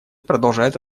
продолжает